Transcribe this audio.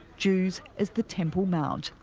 jews as the temple mount.